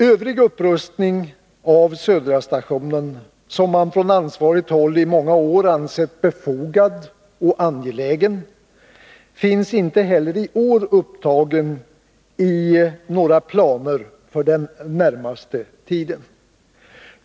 Övrig upprustning av stationen vid Södertälje Södra — som man från ansvarigt håll i många år ansett befogad och angelägen — finns inte heller i år upptagen i några planer för den närmaste tiden.